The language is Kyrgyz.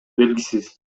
белгисиз